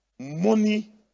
Money